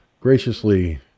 Graciously